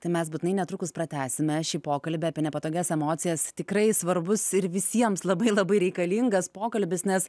tai mes būtinai netrukus pratęsime šį pokalbį apie nepatogias emocijas tikrai svarbus ir visiems labai labai reikalingas pokalbis nes